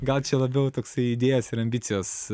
gal labiau toksai idėjos ir ambicijos